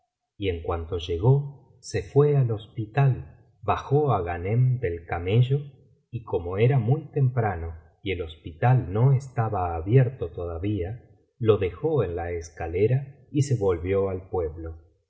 y en cuanto llegó se fué al hospital bajó á g hanem del camello y como era muy temprano y el hospital no estaba abierto todavía lo dejó en la escalera y se volvió al pueblo